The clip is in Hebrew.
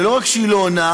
ולא רק שהיא לא עונה,